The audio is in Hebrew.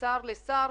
משר לשר,